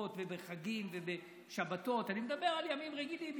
בסליחות ובחגים ובשבתות, אני מדבר על ימים רגילים.